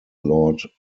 lord